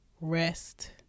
rest